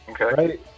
Okay